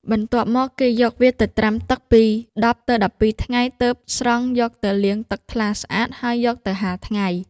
បន្ទាប់មក គេយកវាទៅត្រាំទឹកពី ១០ ទៅ ១២ ថ្ងៃ ទើប ស្រង់យកទៅលាងទឹកថ្លាស្អាត ហើយយកទៅហាលថ្ងៃ ។